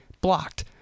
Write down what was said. blocked